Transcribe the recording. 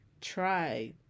try